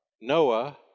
Noah